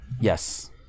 Yes